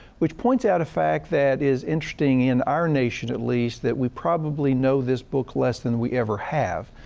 which points out a fact that is interesting, in our nation at least, that we probably know this book less than we ever have.